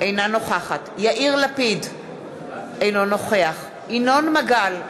אינה נוכחת יאיר לפיד, אינו נוכח ינון מגל,